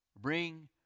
bring